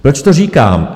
Proč to říkám?